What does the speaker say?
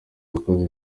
yakoze